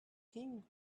king